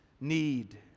need